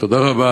תודה רבה,